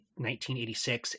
1986